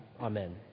Amen